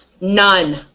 None